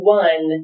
one